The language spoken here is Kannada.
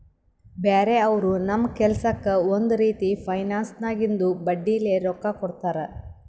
ಬ್ಯಾರೆ ಅವರು ನಮ್ ಕೆಲ್ಸಕ್ಕ್ ಒಂದ್ ರೀತಿ ಫೈನಾನ್ಸ್ದಾಗಿಂದು ಬಡ್ಡಿಲೇ ರೊಕ್ಕಾ ಕೊಡ್ತಾರ್